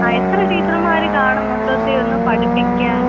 ആ എത്ര ടീച്ചർമാർ കാണും മൊത്തത്തിൽ ഒന്ന് പഠിപ്പിയ്ക്കാൻ